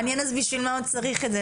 מעניין אז בשביל מה עוד צריך את זה,